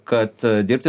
kad dirbti